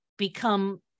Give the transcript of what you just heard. become